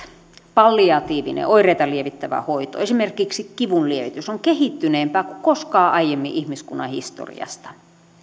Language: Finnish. palliatiivinen oireita lievittävä hoito esimerkiksi kivunlievitys ovat kehittyneempiä kuin koskaan aiemmin ihmiskunnan historiassa